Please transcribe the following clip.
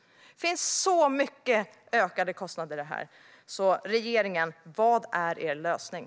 Det finns så mycket ökade kostnader i det här. Regeringen: Vad är er lösning?